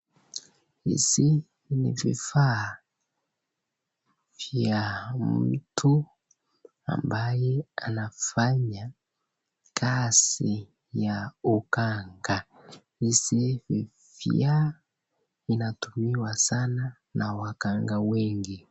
Hizi ni vifaa vya mtu ambaye anafanya kazi ya uganga. Izi vifaa inatumiwa sana na waganga wengi.